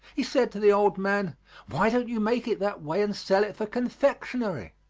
he said to the old man why don't you make it that way and sell it for confectionery?